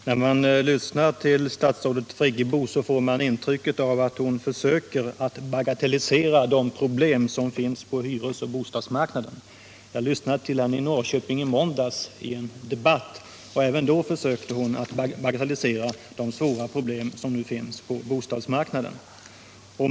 Herr talman! När man lyssnar på statsrådet Friggebo får man intryck av att hon försöker att bagatellisera de problem som finns på hyresoch bostadsmarknaden. Jag lyssnade på henne vid en debatt i Norrköping i måndags. Även då försökte hon att bagatellisera de svåra problemen på bostadsmarknaden.